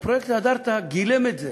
פרויקט "והדרת" גילם את זה.